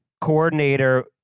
coordinator